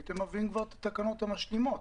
הייתם מביאים את התקנות המשלימות,